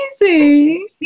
amazing